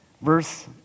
Verse